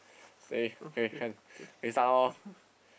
say K can K start loh